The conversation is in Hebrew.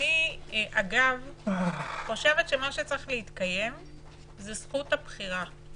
אני חושבת שמה שצריך להתקיים זה זכות הבחירה.